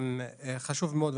חשוב מאוד,